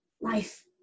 life